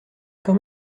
quand